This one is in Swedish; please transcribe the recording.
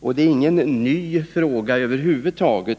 Den är alltså på intet sätt ny.